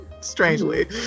strangely